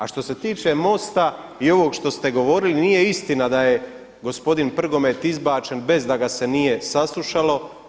A što se tiče MOST-a i ovog što ste govorili, nije istina da je gospodin Prgomet izbačen bez da ga se nije saslušalo.